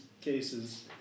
cases